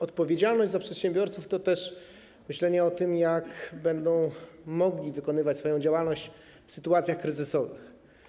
Odpowiedzialność za przedsiębiorców to też myślenie o tym, jak będą mogli wykonywać swoją działalność w sytuacjach kryzysowych.